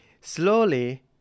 slowly